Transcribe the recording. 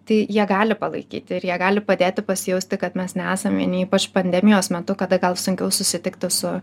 tai jie gali palaikyti ir jie gali padėti pasijausti kad mes nesam vieni ypač pandemijos metu kada gal sunkiau susitikti su